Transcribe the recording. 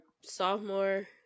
sophomore